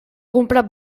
comprat